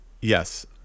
Yes